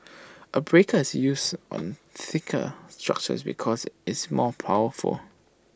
A breaker is used on thicker structures because it's more powerful